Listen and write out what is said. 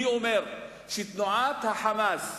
אני אומר שתנועת ה"חמאס"